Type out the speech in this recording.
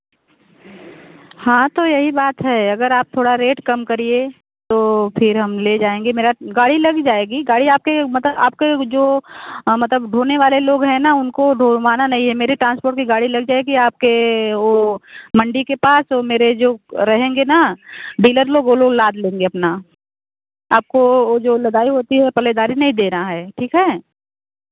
हाँ तो यही बात है अगर आप थोड़ा रेट कम करिए तो फिर हम ले जाएँगे मेरा गाड़ी लग जाएगी गाड़ी आपके मतलब आपके वह जो वह मतलब ढोने वाले लोग हैं ना उनको ढो वाना नहीं है मेरे ट्रांसपोर्ट की गाड़ी लग जाएगी आपके वह मंडी के पास तो मेरे जो रहेंगे ना डीलर लोग ओ लोग लाद लेंगे अपना आपको वह जो लदाई होती है पल्लेदारी नहीं देना है ठीक है